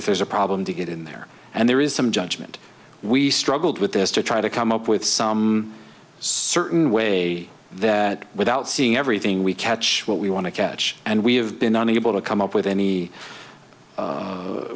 if there's a problem to get in there and there is some judgment we struggled with this to try to come up with some certain way that without seeing everything we catch what we want to catch and we have been unable to come up with any